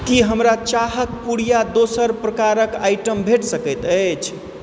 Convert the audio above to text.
की हमरा चाहक पुड़िया दोसर प्रकारक आइटम भेट सकैत अछि